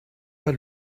pas